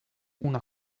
una